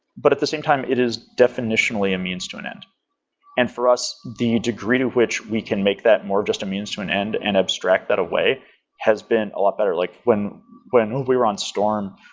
but at the same time, it is definitionally a means to an end and for us, the degree to which we can make that more just a means to an end and abstract that away has been a lot better. like when when we storm,